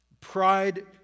Pride